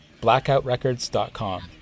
blackoutrecords.com